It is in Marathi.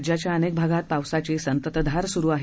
राज्याच्या अनेक भागात पावसाची संततधार सुरु आहे